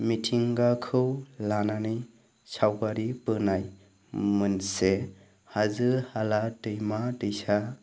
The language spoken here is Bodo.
मिथिंगाखौ लानानै सावगारि बोनाय मोनसे हाजो हाला दैमा दैसा